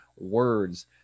words